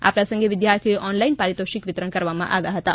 આ પ્રસંગે વિધ્યાર્થીઓને ઓનલાઇન પારિતોષિક વિતરણ કરવામાં આવ્યાં હતાં